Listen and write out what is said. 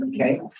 okay